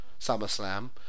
SummerSlam